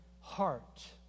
heart